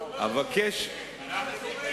מצריך דיון.